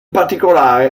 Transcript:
particolare